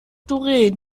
doreen